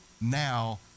now